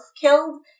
killed